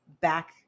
back